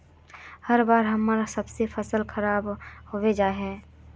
हर बार हम्मर सबके फसल खराब होबे जाए है?